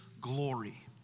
glory